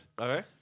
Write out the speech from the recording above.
Okay